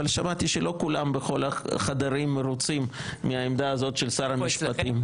אבל שמעתי שלא כולם בכל החדרים מרוצים מהעמדה הזאת של שר המשפטים.